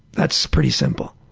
that's pretty simple.